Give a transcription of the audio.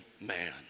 man